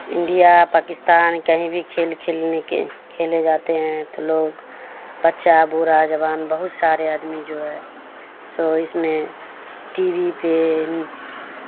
India Pakistan کہیں بھی کھیل کھیلنے کے کھیلے جاتے ہیں تو لوگ بچہ برا جوبان بہت سارے آدمی جو ہے سو اس میں ٹی وی پہ